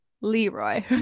Leroy